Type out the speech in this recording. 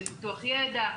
בפיתוח ידע,